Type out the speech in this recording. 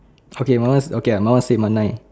okay my one okay my one same on nine